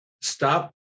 stop